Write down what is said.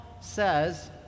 says